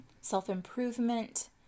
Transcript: self-improvement